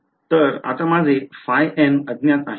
तर आता माझे ϕn अज्ञात आहेत